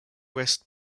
west